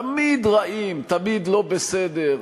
הם תמיד רעים, תמיד לא בסדר,